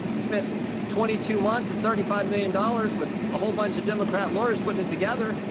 spent twenty two months and thirty five million dollars with a whole bunch of democratic lawyers putting it together,